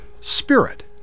spirit